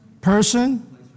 Person